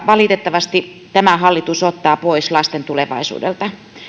valitettavasti tämä hallitus ottaa pois lasten tulevaisuudelta